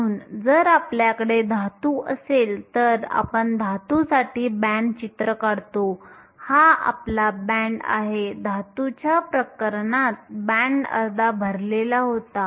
म्हणून जर आपल्याकडे धातू असेल तर आपण धातूसाठी बँड चित्र काढतो हा आपला बँड आहे धातूच्या प्रकरणात बँड अर्धा भरलेला होता